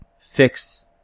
fix